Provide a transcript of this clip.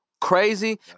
crazy